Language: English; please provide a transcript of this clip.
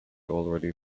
already